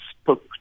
spoke